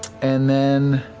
and then.